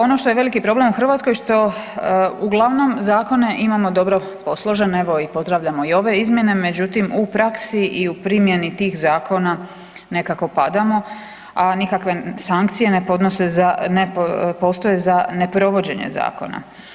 Ono što je veliki problem u Hrvatskoj što uglavnom zakone imamo dobro posložene, evo pozdravljamo i ove izmjene, međutim u praksi i u primjeni tih zakona nekako padamo, a nikakve sankcije ne postoje za neprovođenje zakona.